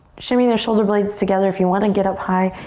shimmy their shoulder blades together. if you want to get up high,